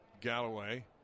Galloway